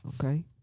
Okay